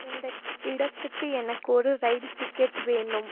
இந்த இடத்துக்கு எனக்கு ஒரு ரயில் டிக்கெட் வேணும்